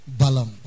balam